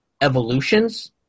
Evolutions